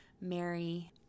Mary